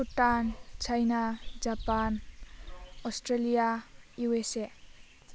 Bhutan China Japan Australia U S A